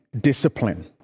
discipline